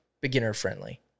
beginner-friendly